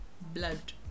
blood